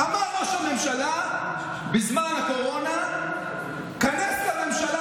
אמר ראש הממשלה בזמן הקורונה: כנס לממשלה,